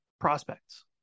prospects